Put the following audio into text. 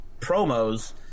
promos